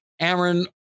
Aaron